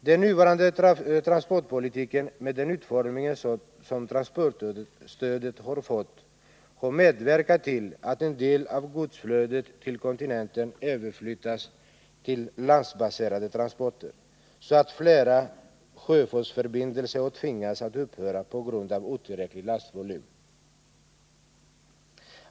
Den nuvarande transportpolitiken med den utformning som transportstödet har fått har medverkat till att en del av godsflödet till kontinenten överflyttats till landbaserade transporter, så att flera sjöfartsförbindelser har tvingats att upphöra på grund av otillräcklig lastvolym.